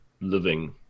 living